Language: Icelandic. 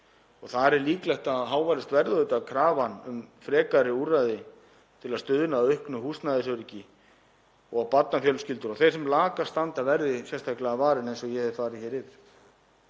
Þar er líklegt að háværust verði krafan um frekari úrræði til að stuðla að auknu húsnæðisöryggi og að barnafjölskyldur og þeir sem lakast standa verði sérstaklega varin eins og ég hef farið yfir.